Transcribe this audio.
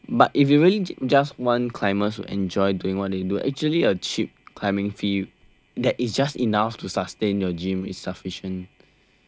but if you really just want climbers to enjoy doing what they do actually a cheap climbing fee that is just enough to sustain your gym is sufficient